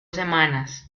semanas